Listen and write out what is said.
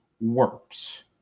works